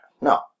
No